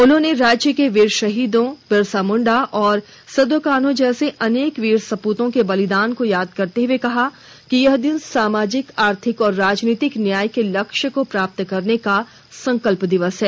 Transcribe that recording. उन्होंने राज्य के वीर शहीदों बिरसा मुंडा और सिद्धो कान्हू जैसे अनेक वीर सपूतों के बलिदान को याद करते हुए कहा कि यह दिन समाजिक आर्थिक और राजनीतिक न्याय के लक्ष्य को प्राप्त करने का संकल्प दिवस है